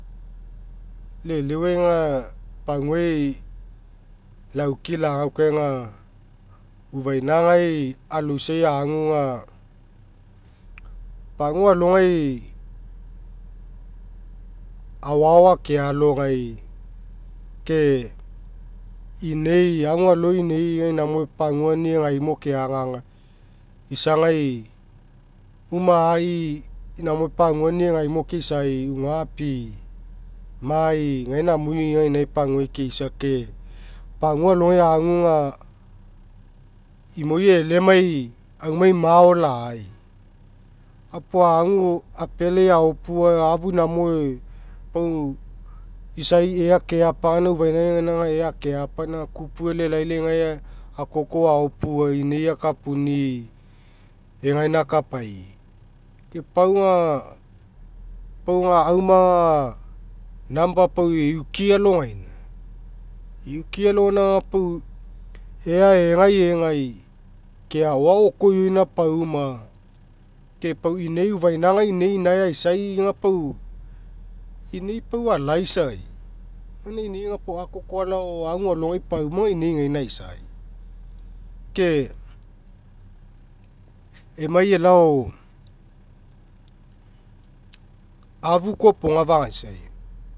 Lau e'eleuai aga paguai lauki la'agaukae aga ufainagai aloisai agu aga pagua aloigai aoao akealogai ke inei agualo inei aga namo pagua nieiaimo keagaga isagai uma'ai namo pagua niegamo keisai ugapi mai gaina amui aga inae paguai keisa ke pagua alogai agu aga imoi e'elemai aumai maolai. Gapuo agu apealai aopua afu namo pau isai ea keapa gaina ufainagal aga ea akeapa gaina kupu elelai lai gaina akoko aopua inei akapuni'i egaine akapaii ke pau aga pau au maga number pau euki alogaina euki alogama aga pau inei ufainagai inei inae aisai aga pau inei pau alaisai. Gaina inei pau akoko alao agu alogai pauma aga inei gainai aisai. Ke emai elao afu kopoga fagaisa.